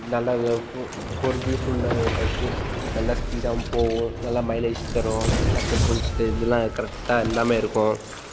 நல்லா இது four four gears உள்ள பைக்கு நல்லா ஸ்பீடாகவும் போகும் நல்லா மைலேஜ் தரும் நல்லா பெட்ரோல் இருக்குது இதல்லாம் கரெக்டாக எல்லாமே இருக்கும்